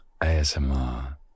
ASMR